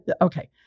Okay